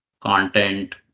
content